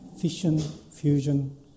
fission-fusion